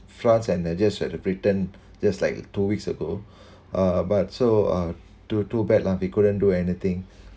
france and just at the britain just like two weeks ago uh but so uh too too bad lah we couldn't do anything